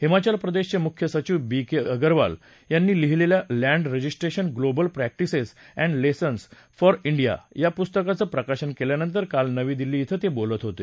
हिमाचल प्रदेशचे मुख्य सचीव बी के अगरवाल यांनी लिहिलेल्या land registration global practices and lessons for India या पुस्तकाचं प्रकाशन केल्यानंतर काल नवी दिल्ली क्वें ते बोलत होते